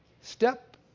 Step